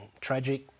Tragic